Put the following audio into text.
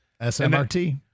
SMRT